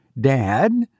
Dad